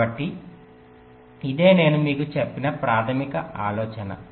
కాబట్టి ఇదే నేను మీకు చెప్పిన ప్రాథమిక ఆలోచన